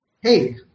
Hey